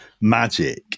magic